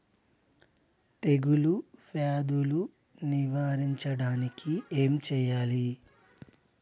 తెగుళ్ళ వ్యాధులు నివారించడానికి ఏం చేయాలి?